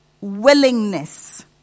willingness